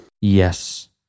Yes